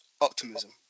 optimism